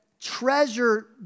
treasure